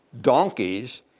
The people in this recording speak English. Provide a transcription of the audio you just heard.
donkeys